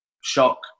shock